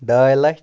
ڈاے لَچھ